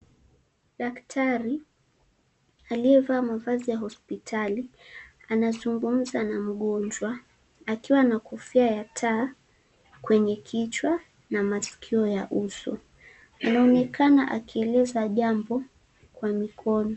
Daktari aliyevaa mavazi ya hospitali, anazungumza na mgonjwa, akiwa na kofia ya taa kwenye kichwa na maskio ya uso. Anaonekana akieleza jambo kwa mikono.